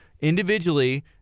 individually